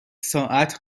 ساعت